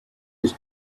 his